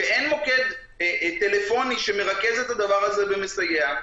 שאין מוקד טלפוני שמרכז את הדבר הזה ומסייע,